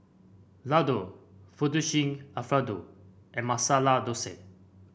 Ladoo Fettuccine Alfredo and Masala Dosa